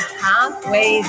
halfway